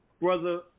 Brother